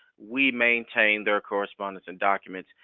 we maintain their correspondence and documents,